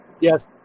Yes